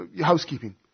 housekeeping